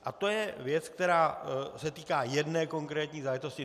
A to je věc, která se týká jedné konkrétní záležitosti.